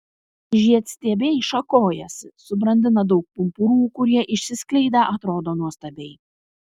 žiedstiebiai šakojasi subrandina daug pumpurų kurie išsiskleidę atrodo nuostabiai